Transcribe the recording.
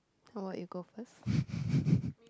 or you go first